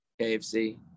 kfc